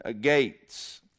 gates